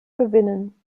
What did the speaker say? gewinnen